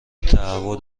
تهوع